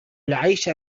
العيش